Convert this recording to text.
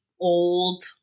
old